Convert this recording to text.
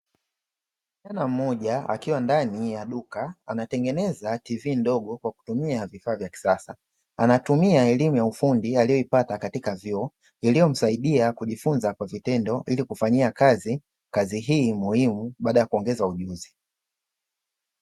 Mvulana mmoja akiwa ndani ya duka anatengeneza "TV" ndogo kwa kutumia vifaa vya kisasa. Anatumia ellimu ya ufundi aliyoipata katika vyuo, iliyomsaidia kujifunza kwa vitendo ili kufanyia kazi kazi hii muhimu baada ya kuongeza ujuzi.